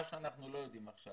מה שאנחנו לא יודעים עכשיו,